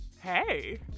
hey